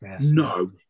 No